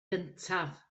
gyntaf